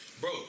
Bro